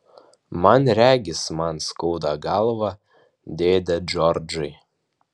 man regis man skauda galvą dėde džordžai